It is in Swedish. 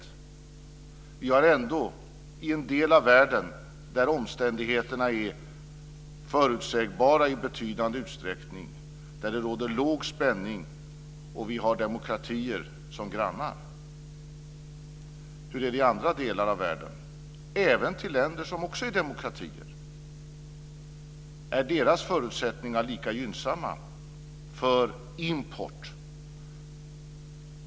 Vi befinner oss ändå i en del av världen där omständigheterna i betydande utsträckning är förutsägbara, där det råder låg spänning och där vi har demokratier som grannar. Hur är det i andra delar av världen? Det gäller även länder som också är demokratier. Är deras förutsättningar lika gynnsamma för import?